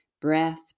breath